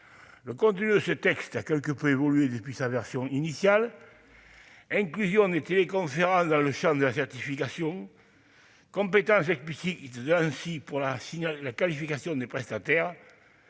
Le contenu de ce texte a quelque peu évolué depuis sa version initiale : inclusion des téléconférences dans le champ d'application de la certification, compétence explicite de l'Anssi pour qualifier les prestataires